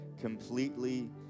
completely